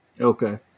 Okay